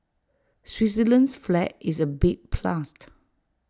Switzerland's flag is A big plus